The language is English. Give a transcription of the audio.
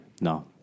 no